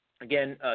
again